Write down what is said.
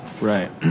Right